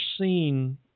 seen